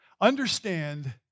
Understand